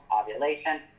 ovulation